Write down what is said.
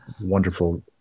wonderful